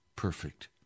perfect